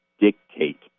dictate